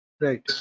right